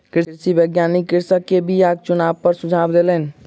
कृषि वैज्ञानिक कृषक के बीयाक चुनाव पर सुझाव देलैन